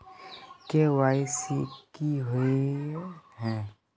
KYC की हिये है?